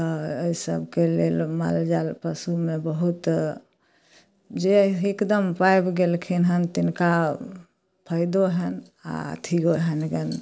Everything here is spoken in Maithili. तऽ एहिसबके लेल मालजाल पोसैमे बहुत जे हिकदम पाबि गेलखिन हँ तिनका फाइदोहनि आओर अथिओहनि जानू